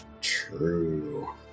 True